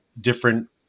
different